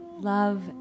Love